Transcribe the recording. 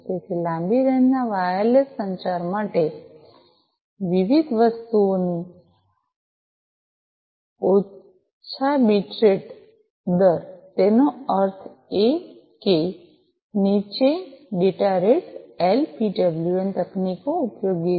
તેથી લાંબી રેન્જના વાયરલેસ સંચાર માટે વિવિધ વસ્તુઓ ની વચ્ચે ઓછા બીટ દર તેનો અર્થ એ કે નીચા ડેટા રેટ એલપીડબલ્યુએએન તકનીકો ઉપયોગી છે